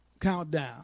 countdown